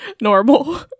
Normal